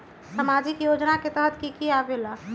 समाजिक योजना के तहद कि की आवे ला?